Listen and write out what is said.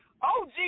OG